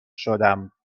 شدم